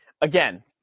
again